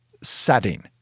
setting